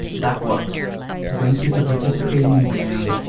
that works when kids are participating in bam,